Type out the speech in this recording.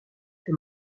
que